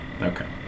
Okay